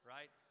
Right